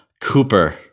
cooper